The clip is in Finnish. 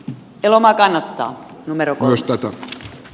tällä markan otto numero ostaa